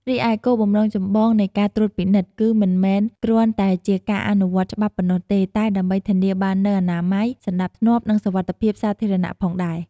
រីឯ គោលបំណងចម្បងនៃការត្រួតពិនិត្យ គឺមិនមែនគ្រាន់តែជាការអនុវត្តច្បាប់ប៉ុណ្ណោះទេ តែដើម្បីធានាបាននូវអនាម័យ សណ្តាប់ធ្នាប់ និងសុវត្ថិភាពសាធារណៈ ផងដែរ។